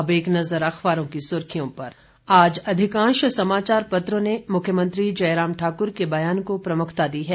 अब एक नजर अखबारों की सुर्खियों पर आज अधिकांश समाचार पत्रों ने मुख्यमंत्री जयराम ठाकुर के बयान को प्रमुखता दी है